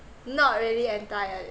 not really entire